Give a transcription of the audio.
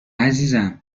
عزیزم